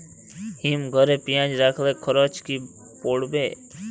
হিম ঘরে পেঁয়াজ রাখলে খরচ কি পড়বে?